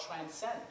transcend